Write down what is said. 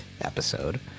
episode